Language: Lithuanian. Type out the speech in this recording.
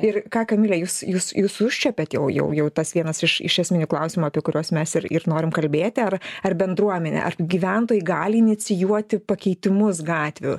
ir ką kamile jūs jūs jūsų užčiuopėt jau jau tas vienas iš iš esminių klausimų apie kuriuos mes ir ir norim kalbėti ar ar bendruomenė ar gyventojai gali inicijuoti pakeitimus gatvių